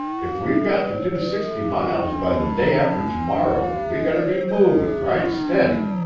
if we've got to do sixty miles by the day after to-morrow we got to be movin' right steady.